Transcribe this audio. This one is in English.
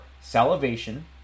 salivation